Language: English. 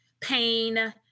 pain